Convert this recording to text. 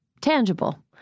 tangible